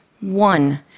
one